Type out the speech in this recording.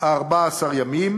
14 ימים,